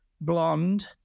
blonde